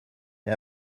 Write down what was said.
how